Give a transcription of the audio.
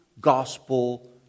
gospel